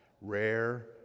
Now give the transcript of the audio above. rare